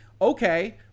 okay